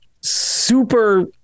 super